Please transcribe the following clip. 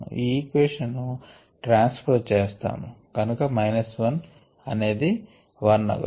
ఈ ఈక్వేషన్ ను ట్రాన్స్పోజ్ చేసాము కనుక మైనస్ 1 అనేది 1 అగును